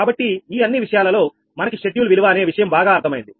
కాబట్టి ఈ అన్ని విషయాలలో మనకు షెడ్యూల్ విలువ అనే విషయము బాగా అర్థమైంది